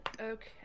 Okay